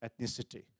ethnicity